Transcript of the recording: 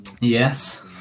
yes